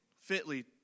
fitly